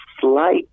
slight